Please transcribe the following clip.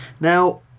Now